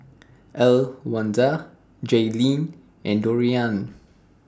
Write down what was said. Elwanda Jayleen and Dorian